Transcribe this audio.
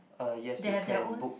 uh yes you can book